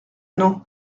non